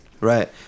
Right